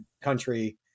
country